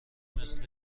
مثل